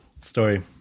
story